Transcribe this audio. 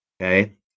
Okay